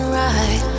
right